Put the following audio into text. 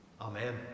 amen